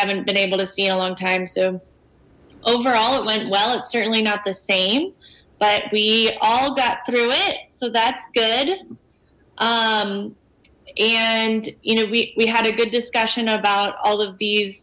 haven't been able to see in a long time so overall it went well it's certainly not the same but we all got through it so that's good and you know we had a good discussion about all of these